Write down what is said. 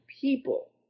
people